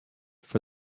for